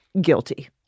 guilty